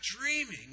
dreaming